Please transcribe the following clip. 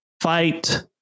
fight